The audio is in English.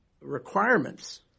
requirements